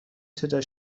تعداد